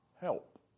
help